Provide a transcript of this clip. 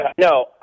no